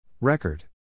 Record